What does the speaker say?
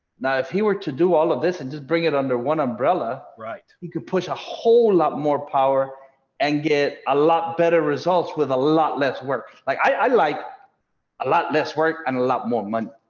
now if he were to do all of this and just bring it under one umbrella, right, you could push a whole lot more power and get a lot better results with a lot less work like i like a lot less work and a lot more money.